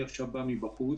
אני עכשיו בא מבחוץ,